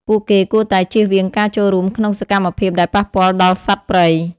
ពួកគេគួរតែជៀសវាងការចូលរួមក្នុងសកម្មភាពដែលប៉ះពាល់ដល់សត្វព្រៃ។